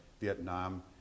Vietnam